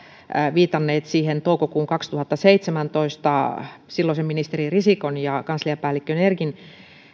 viitanneet siihen toukokuuhun kaksituhattaseitsemäntoista silloisen ministeri risikon ja kansliapäällikkö nergin